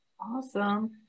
Awesome